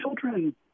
children